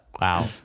wow